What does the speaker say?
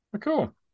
Cool